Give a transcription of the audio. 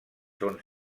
són